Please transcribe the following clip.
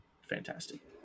fantastic